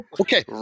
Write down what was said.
Okay